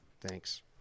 Thanks